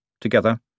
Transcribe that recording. together